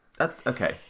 Okay